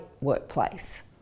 workplace